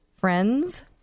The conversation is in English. friends